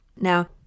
Now